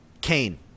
Kane